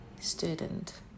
student